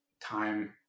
time